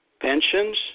pensions